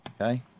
okay